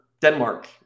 Denmark